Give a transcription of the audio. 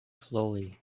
slowly